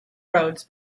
roads